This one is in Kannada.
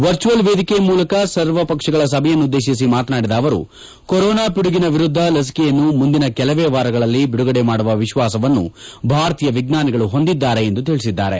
ವರ್ಚುವಲ್ ವೇದಿಕೆ ಮುಖಾಂತರ ಸರ್ವಪಕ್ಷಗಳ ಸಭೆಯನ್ನುದ್ದೇಶಿ ಮಾತನಾಡಿದ ಅವರು ಕೊರೊನಾ ಪಿಡುಗಿನ ವಿರುದ್ದ ಲಸಿಕೆಯನ್ನು ಮುಂದಿನ ಕೆಲವೇ ವಾರಗಳಲ್ಲಿ ಬಿಡುಗಡೆ ಮಾಡುವ ವಿಶ್ವಾಸವನ್ನು ಭಾರತೀಯ ವಿಜ್ವಾನಿಗಳು ಹೊಂದಿದ್ದಾರೆ ಎಂದು ತಿಳಿಸಿದ್ದಾರೆ